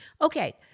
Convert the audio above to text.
Okay